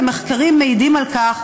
ומחקרים מעידים על כך,